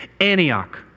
Antioch